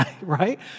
right